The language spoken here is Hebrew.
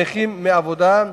נכים מעבודה,